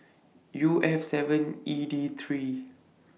U F seven E D three